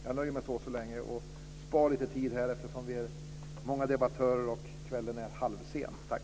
Jag nöjer mig så länge och sparar lite tid, eftersom vi är många debattörer och kvällen är halvsen. Tack!